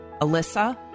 Alyssa